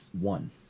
one